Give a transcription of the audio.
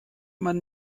man